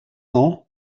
cents